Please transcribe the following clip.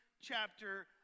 chapter